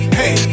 hey